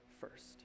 first